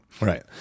right